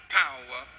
power